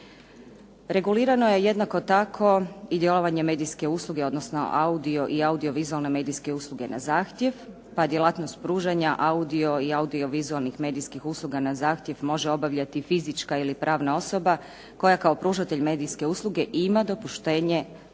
Regulirano je jednako tako i djelovanje medijske usluge, odnosno audio i audiovizualne medijske usluge na zahtjev, pa djelatnost pružanja audio i audiovizualnih medijskih usluga na zahtjev može obavljati fizička ili pravna osoba koja kao pružatelj medijske usluge ima dopuštenje